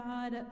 God